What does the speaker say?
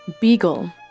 Beagle